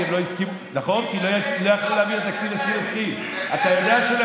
כי לא יכלו להעביר תקציב 2020. אתה יודע שלא